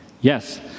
Yes